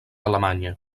alemanya